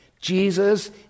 Jesus